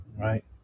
right